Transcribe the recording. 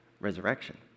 resurrection